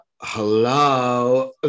Hello